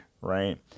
right